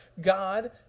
God